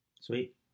Sweet